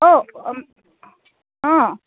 অঁ অঁ